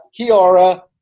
kiara